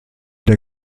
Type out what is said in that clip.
der